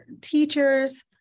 teachers